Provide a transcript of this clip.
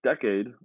decade